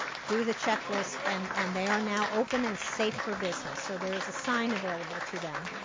do the checklist, and and they are now open and safe for business. so there is a sign available to them.